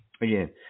again